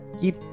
keep